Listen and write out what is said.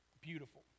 beautiful